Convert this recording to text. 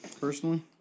personally